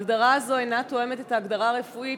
הגדרה זו אינה תואמת את ההגדרה הרפואית,